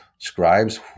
scribes